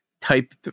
type